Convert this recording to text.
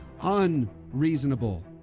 unreasonable